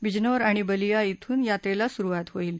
बिजनौर आणि बल्लीआ इथून यात्रेला सुरुवात होईल